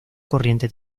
corriente